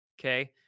Okay